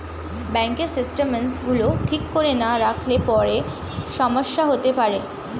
ব্যাঙ্কের স্টেটমেন্টস গুলো ঠিক করে না রাখলে পরে সমস্যা হতে পারে